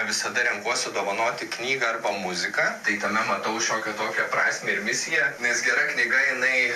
visada renkuosi dovanoti knygą arba muziką tai tame matau šiokią tokią prasmę ir misiją nes gera knyga jinai